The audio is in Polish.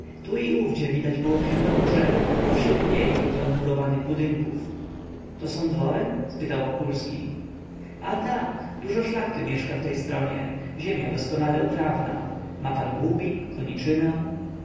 tu i owdzie widać było kępę drzew a wśród niej grupę murowanych budynków to są dwory spytał wokulski a tak dużo szlachty mieszka w tej stronie ziemia doskonale uprawna ma pan łubin koniczynę